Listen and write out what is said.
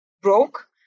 broke